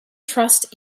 trust